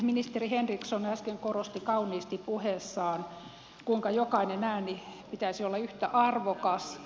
ministeri henriksson äsken korosti kauniisti puheessaan kuinka jokaisen äänen pitäisi olla yhtä arvokas